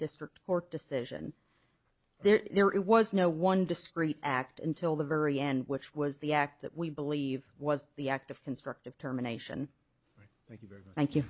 district court decision there it was no one discrete act until the very end which was the act that we believe was the act of constructive terminations thank you